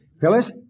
Phyllis